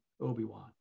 obi-wan